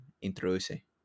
introduce